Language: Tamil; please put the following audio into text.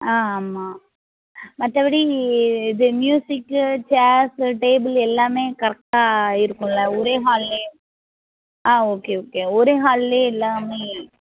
ஆ ஆமாம் மற்றபடி இது ம்யூசிக்கு சேர்ஸு டேபிள் எல்லாமே கரெக்டாக இருக்கும்ல ஒரே ஹால்லே ஆ ஓகே ஓகே ஒரே ஹால்லே எல்லாமே